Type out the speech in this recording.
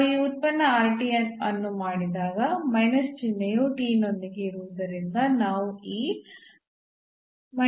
ನಾವು ಈ ಉತ್ಪನ್ನ ಅನ್ನು ಮಾಡಿದಾಗ ಮೈನಸ್ ಚಿಹ್ನೆಯು ನೊಂದಿಗೆ ಇರುವುದರಿಂದ ನಾವು ಈ ಅನ್ನು ಪಡೆಯುತ್ತೇವೆ